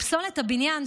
פסולת הבניין,